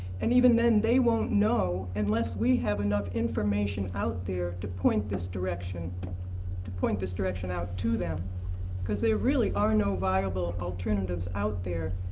and even then, they won't know unless we have enough information out there to point this direction to point this direction out to them because there really are no viable alternatives out there.